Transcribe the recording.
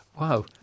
wow